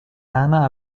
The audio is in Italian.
rana